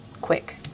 quick